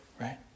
right